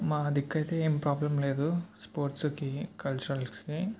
మా దిక్కు అయితే ఏం ప్రాబ్లెమ్ లేదు స్పోర్ట్స్కి కల్చరల్స్కి